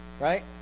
Right